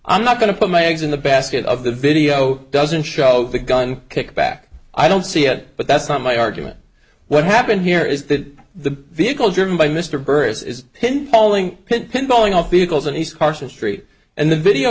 i'm not going to put my eggs in the basket of the video doesn't show the gun kickback i don't see it but that's not my argument what happened here is that the vehicle driven by mr burris is pin bowling pin bowling off vehicles and he's carson street and the video